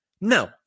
No